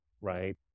right